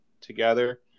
together